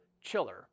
chiller